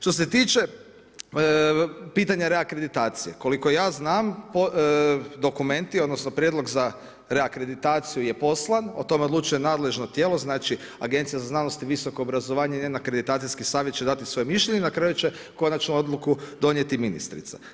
Što se tiče pitanja reakreditacije, koliko ja znam dokumenti odnosno prijedlog za reakreditaciju je poslan, o tome odlučuje nadležno tijelo znači Agencija za znanost i visoko obrazovanje … akreditacijski savjet će dati svoje mišljenje i na kraju će konačnu odluku donijeti ministrica.